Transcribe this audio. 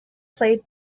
played